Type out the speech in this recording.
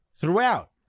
throughout